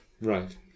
right